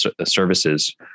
services